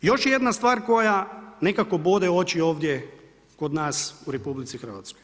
Joj je jedna stvar koja nekako bode u oči ovdje kod nas u RH.